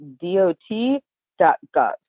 dot.gov